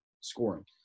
scoring